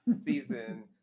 season